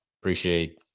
appreciate